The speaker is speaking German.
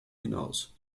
hinaus